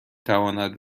تواند